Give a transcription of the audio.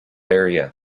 area